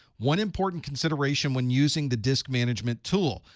one important consideration when using the disk management tool,